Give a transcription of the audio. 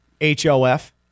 H-O-F